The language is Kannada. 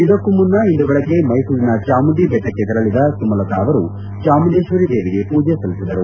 ಇದಕ್ಕೂ ಮುನ್ನ ಇಂದು ಬೆಳಗ್ಗೆ ಮೈಸೂರಿನ ಚಾಮುಂಡಿ ಬೆಟ್ಟಕ್ಕೆ ತೆರಳಿದ ಸುಮಲತಾ ಚಾಮುಂಡೇಶ್ವರಿ ದೇವಿಗೆ ಪೂಜೆ ಸಲ್ಲಿಸಿದರು